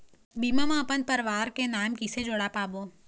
बीमा म अपन परवार के नाम किसे जोड़ पाबो?